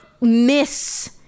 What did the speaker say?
miss